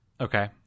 Okay